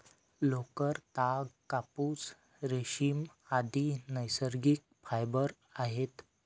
लोकर, ताग, कापूस, रेशीम, आदि नैसर्गिक फायबर आहेत